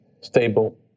stable